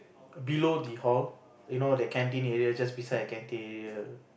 below the hall you know the canteen area just beside the canteen area